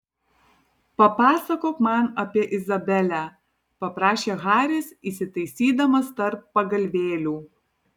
papasakok man apie izabelę paprašė haris įsitaisydamas tarp pagalvėlių